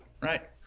Right